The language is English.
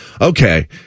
okay